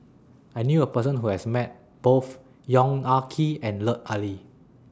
I knew A Person Who has Met Both Yong Ah Kee and Lut Ali